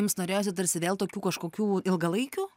jums norėjosi tarsi vėl tokių kažkokių ilgalaikių